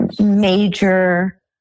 major